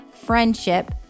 friendship